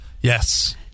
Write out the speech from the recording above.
Yes